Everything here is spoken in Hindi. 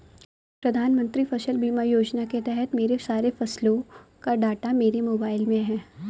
प्रधानमंत्री फसल बीमा योजना के तहत मेरे सारे फसलों का डाटा मेरे मोबाइल में है